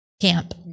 camp